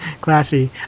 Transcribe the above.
classy